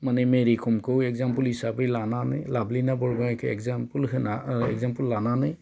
माने जोङो मेरिकमखौ एगजामपोल हिसाबै लानानै लाबलिना बरग'हाइखो एगजामपोल लानानै